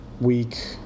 week